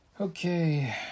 okay